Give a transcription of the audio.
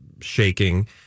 shaking